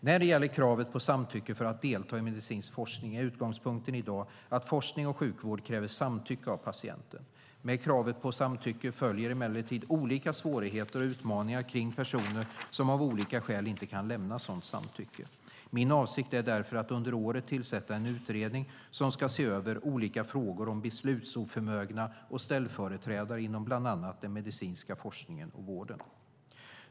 När det gäller kravet på samtycke för att delta i medicinsk forskning, är utgångspunkten i dag att forskning och sjukvård kräver samtycke av patienten. Med kravet på samtycke följer emellertid olika svårigheter och utmaningar kring personer som av olika skäl inte kan lämna sådant samtycke. Min avsikt är därför att under året tillsätta en utredning som ska se över olika frågor om beslutsoförmögna och ställföreträdare inom bland annat den medicinska forskningen och vården.